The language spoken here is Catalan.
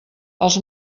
els